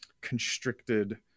constricted